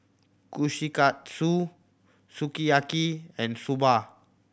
Kushikatsu Sukiyaki and Soba